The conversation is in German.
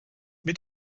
mit